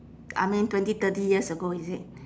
I mean twenty thirty years ago is it